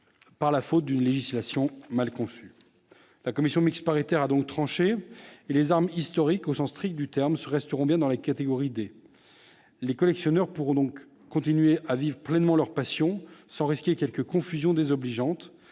par la faute d'une législation mal conçue. La commission mixte paritaire a donc tranché, et les armes historiques au sens strict du terme resteront bien dans la catégorie D. Les collectionneurs pourront donc continuer à vivre pleinement leur passion, sans risquer quelques confusions désobligeantes.